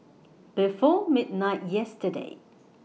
before midnight yesterday